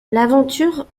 l’aventure